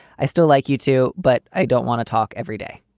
i still like you too, but i don't want to talk everyday.